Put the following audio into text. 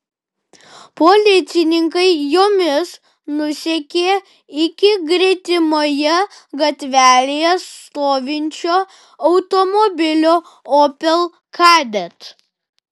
policininkai jomis nusekė iki gretimoje gatvelėje stovinčio automobilio opel kadett